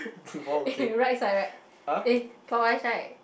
eh right side right eh clockwise right